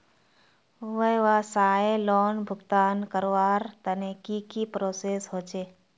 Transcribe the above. व्यवसाय लोन भुगतान करवार तने की की प्रोसेस होचे?